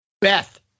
Beth